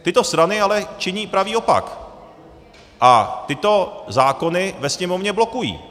Tyto strany ale činí pravý opak a tyto zákony ve Sněmovně blokují.